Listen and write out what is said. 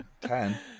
Ten